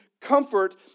comfort